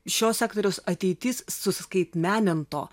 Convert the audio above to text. šio sektoriaus ateitis suskaitmeninto